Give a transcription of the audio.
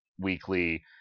weekly